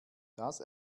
das